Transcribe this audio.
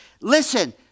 listen